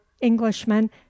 Englishman